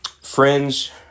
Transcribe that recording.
friends